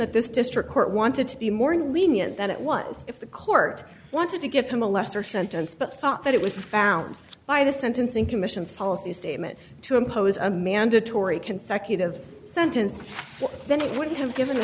that this district court wanted to be more lenient than it was if the court wanted to give him a lesser sentence but thought that it was found by the sentencing commission's policy statement to impose a mandatory consecutive sentence then it would have given